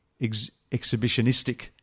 exhibitionistic